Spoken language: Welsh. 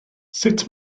sut